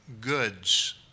goods